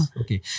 Okay